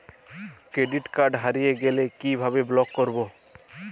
Credit card হারিয়ে গেলে কি ভাবে ব্লক করবো?